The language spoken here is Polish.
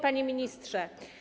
Panie Ministrze!